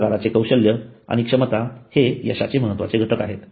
सल्लागारांचे कौशल्य आणि क्षमता हे यशाचे महत्त्वाचे घटक आहेत